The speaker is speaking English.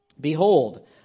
Behold